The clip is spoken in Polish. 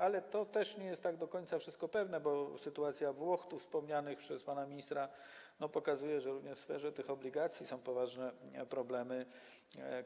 Jednak to też nie jest tak do końca wszystko pewne, bo sytuacja wspomnianych tu przez pana ministra Włoch pokazuje, że również w sferze obligacji są poważne problemy,